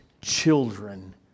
children